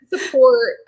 Support